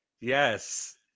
Yes